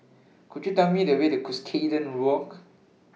Could YOU Tell Me The Way to Cuscaden Walk